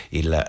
il